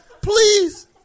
Please